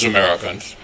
Americans